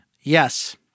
Yes